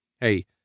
hey